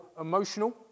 emotional